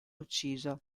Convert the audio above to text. ucciso